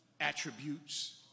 attributes